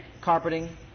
carpeting